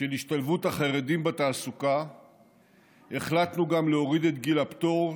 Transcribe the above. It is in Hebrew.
של השתלבות החרדים בתעסוקה החלטנו גם להוריד את גיל הפטור,